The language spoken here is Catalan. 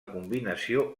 combinació